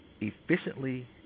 efficiently